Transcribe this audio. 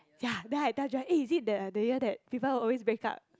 ya then I tell Joel eh is it the the year that people always break up